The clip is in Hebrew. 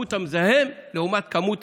כמות המזהם לעומת כמות